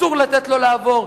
אסור לתת לו לעבור.